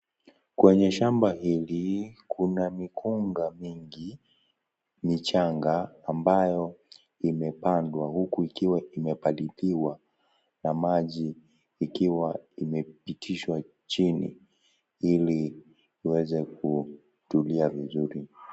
Kwenye shamba hili kuna mikunga mingi michanga ambayo imepandwa huku ikiwa imepaliliwa na maji ikiwa imepitishwa chini ili iweze kutulia vizuri.